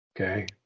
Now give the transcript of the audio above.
okay